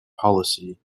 policy